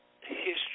history